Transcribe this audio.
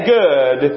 good